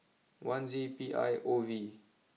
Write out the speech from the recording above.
one Z P I O V